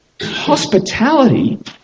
hospitality